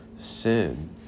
Sin